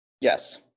Yes